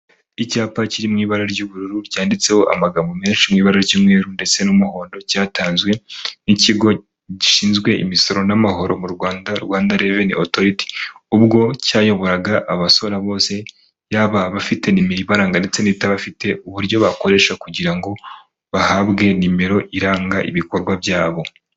Icyapa kiri mu ibara ry'ubururu cyanditseho amagambo menshi mu ibara ry'umweru ndetse n'umuhondo, cyatanzwe n'ikigo gishinzwe imisoro n'amahoro mu Rwanda, Rwanda Reveni Otoriti ubwo cyayoboraga abasora bose, yaba abafite nimero iranga ndetse na batayifite uburyo bakoresha kugira ngo bahabwe nimero iranga ibikorwa byabo.